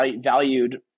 valued